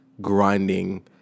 grinding